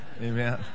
Amen